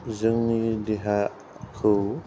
जोंनि देहाखौ